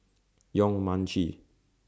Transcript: Yong Mun Chee